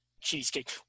cheesecake